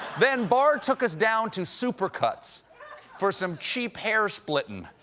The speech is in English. then barr took us down to supercuts for some cheap hair-splitting.